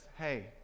Hey